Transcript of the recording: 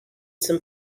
some